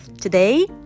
today